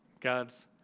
God's